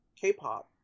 K-pop